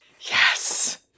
Yes